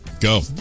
go